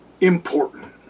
important